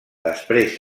després